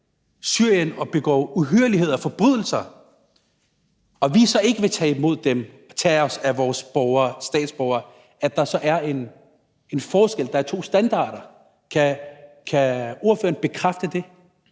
Syrien og begår uhyrligheder, forbrydelser, ikke vil tage imod dem, tage os af vores borgere, statsborgere, så er en forskel, at der er to standarder? Kan ordføreren bekræfte det?